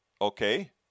Okay